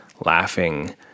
laughing